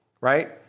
right